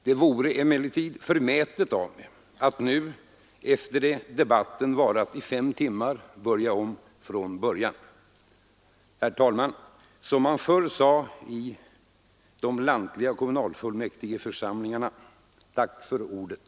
Det vore emellertid förmätet av mig att nu, efter det debatten varat i fem timmar, börja om från början. Herr talman! Som man förr sade i de lantliga kommunalfullmäktigeförsamlingarna: tack för ordet!